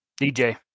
DJ